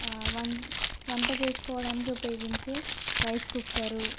వంట వంట చేసుకోవడానికి ఉపయోగించే రైస్ కుక్కర్